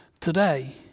today